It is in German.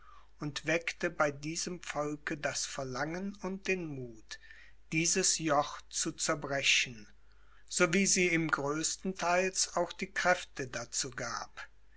und weckte bei diesem volke das verlangen und den muth dieses joch zu zerbrechen so wie sie ihm größtenteils auch die kräfte dazugab